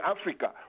Africa